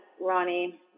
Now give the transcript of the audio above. Ronnie